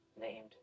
named